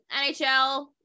NHL